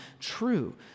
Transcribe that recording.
true